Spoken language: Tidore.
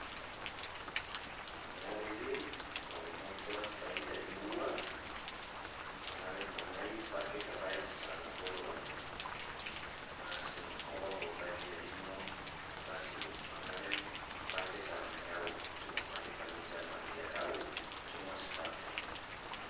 Fangare ge wange moi tora se tagi iya ino ua fangare mangai pake kabaya se calana podo bato, maha sema koro bolo tagi iya ino rasi fangare pake calana gau coma pake kameja ma gia gau coma sapato.